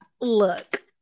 Look